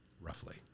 roughly